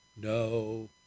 no